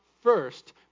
first